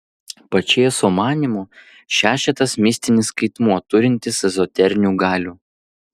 pačėso manymu šešetas mistinis skaitmuo turintis ezoterinių galių